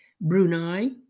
Brunei